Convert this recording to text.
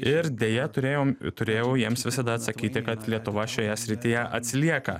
ir deja turėjom turėjau jiems visada atsakyti kad lietuva šioje srityje atsilieka